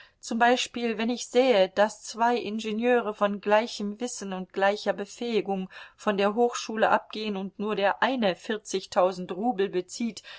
zum beispiel wenn ich sehe daß zwei ingenieure von gleichem wissen und gleicher befähigung von der hochschule abgehen und nun der eine vierzigtausend rubel bezieht